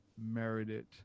merited